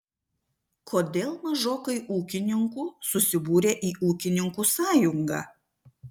kodėl mažokai ūkininkų susibūrę į ūkininkų sąjungą